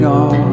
on